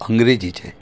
અંગ્રેજી છે